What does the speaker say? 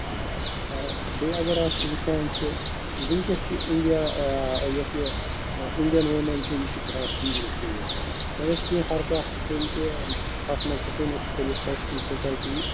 کیٚنٛہہ بیٚیہِ اگر اَسہِ وٕچھان چھِ وُنکٮ۪س چھِ اِنڈِیا یۄس یہِ اِنڈین وومین چھِ یہِ چھِ کَران فیل سیف مگر کیٚنٛہہ حرکات چھِ تِم تہِ تَتھ منٛز ہٮ۪کو نہٕ أسۍ کھٲلِتھ سٲرسٕے سوسایٹی